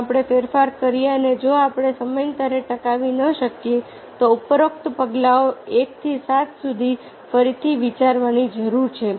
જો આપણે ફેરફાર કરીએ અને જો આપણે સમયાંતરે ટકાવી ન શકીએ તો ઉપરોક્ત પગલાંઓ 1 થી 7 સુધી ફરીથી વિચારવાની જરૂર છે